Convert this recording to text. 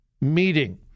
meeting